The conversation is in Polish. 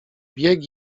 bieg